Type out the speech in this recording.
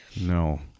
no